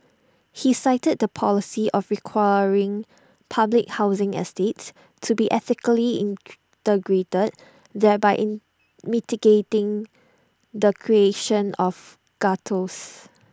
he cited the policy of requiring public housing estates to be ethnically integrated thereby in mitigating the creation of ghettos